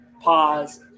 pause